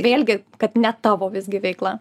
vėlgi kad ne tavo visgi veikla